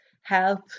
health